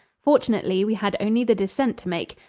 fortunately, we had only the descent to make.